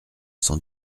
sans